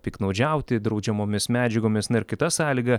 piktnaudžiauti draudžiamomis medžiagomis na ir kita sąlyga